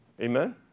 Amen